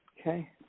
Okay